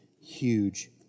huge